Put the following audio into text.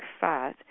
fat